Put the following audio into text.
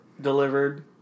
delivered